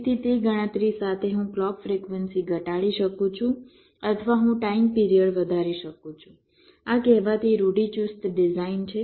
તેથી તે ગણતરી સાથે હું ક્લૉક ફ્રિક્વન્સી ઘટાડી શકું છું અથવા હું ટાઇમ પિરિયડ વધારી શકું છું આ કહેવાતી ઋઢિચુસ્ત ડિઝાઇન છે